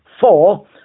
Four